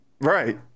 right